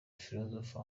philosophe